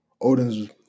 Odin's